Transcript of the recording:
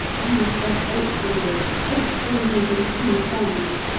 you've got eight fingers eight fingers and two thumbs.